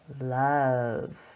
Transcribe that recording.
Love